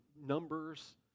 numbers